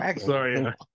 Sorry